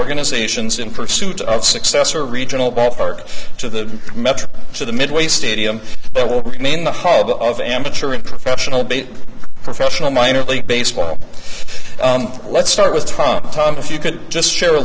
organizations in pursuit of success or regional ballpark to the metro to the midway stadium that will remain the hub of amateur and professional base for official minor league baseball let's start with tom tom if you could just share a